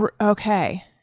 okay